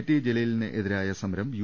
T ജലീലിനെതിരായ സമരം U